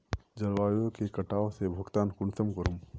जलवायु के कटाव से भुगतान कुंसम करूम?